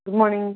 good morning